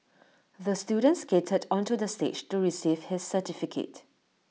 the student skated onto the stage to receive his certificate